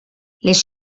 les